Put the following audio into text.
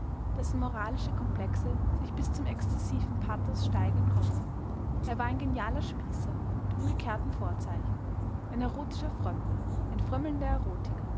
dessen moralische komplexe sich bis zum exzessiven pathos steigern konnten er war ein genialer spießer mit umgekehrtem vorzeichen ein erotischer frömmler ein frömmelnder